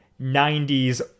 90s